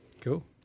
Cool